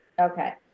Okay